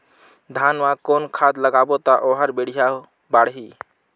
धान मा कौन खाद लगाबो ता ओहार बेडिया बाणही?